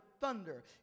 Thunder